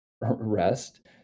rest